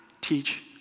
teach